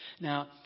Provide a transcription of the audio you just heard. Now